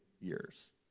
years